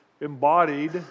embodied